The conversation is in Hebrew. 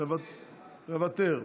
מוותר.